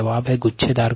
जवाब गुच्छ सेल है